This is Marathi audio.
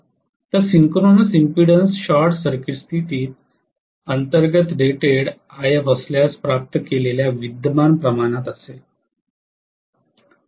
तर सिंक्रोनस इम्पीडन्स शॉर्ट सर्किट स्थितीत अंतर्गत रेटेड If असल्यास प्राप्त केलेल्या विद्यमान प्रमाणात असेल